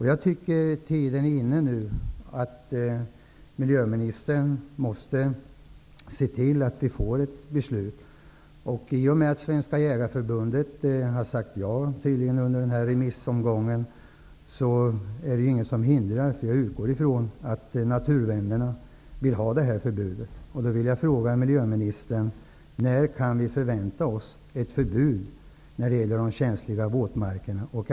Jag tycker att tiden är inne att miljöministern måste se till att det blir ett beslut. I och med att Svenska Jägareförbundet har sagt ja under remissomgången finns det inget hinder. Jag utgår från att naturvännerna vill ha förbudet. När kan vi förvänta oss ett förbud när det gäller de känsliga våtmarkerna?